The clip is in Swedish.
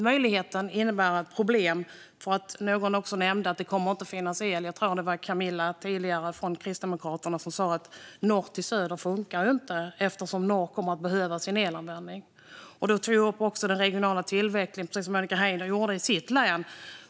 Möjligheten innebär ett problem därför att det inte kommer att finnas el, som någon nämnde tidigare - jag tror att det var Camilla från Kristdemokraterna. Hon sa att norr till söder inte funkar eftersom norr kommer att behöva använda sin el. Jag tog också upp den regionala tillväxten, precis som Monica Haider gjorde för sitt län.